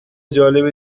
جالب